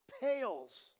pales